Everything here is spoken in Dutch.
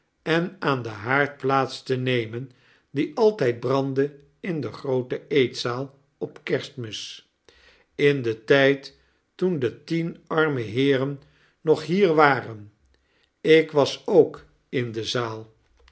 en aan den haard plaate te nemen die altijd brandde in de groote eetzaal op kerstmis in den tijd toea de tien arme heeren nog hier wanen ik was ook in de zaal